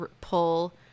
pull